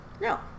No